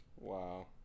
Wow